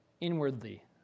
inwardly